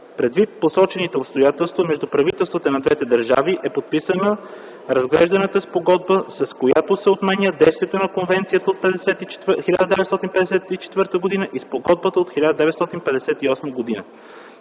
Предвид посочените обстоятелства, между правителствата на двете държави е подписана разглежданата спогодба, с която се отменя действието на конвенцията от 1954 г. и спогодбата от 1958 г.